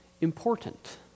important